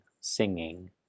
singing